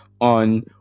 on